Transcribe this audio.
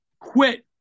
quit